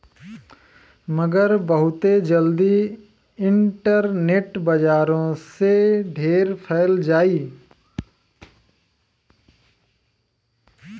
मगर बहुते जल्दी इन्टरनेट बजारो से ढेर फैल जाई